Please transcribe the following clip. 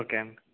okay అండి